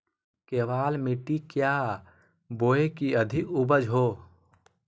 केबाल मिट्टी क्या बोए की अधिक उपज हो?